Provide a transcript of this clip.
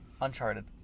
Uncharted